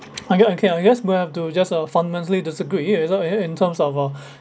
I'm going okay I guess will have to just uh fundamentally disagree in terms of uh